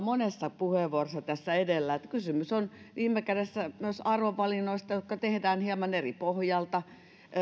monessa puheenvuorossa tässä edellä että kysymys on viime kädessä myös arvovalinnoista jotka tehdään hieman eri pohjalta